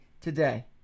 today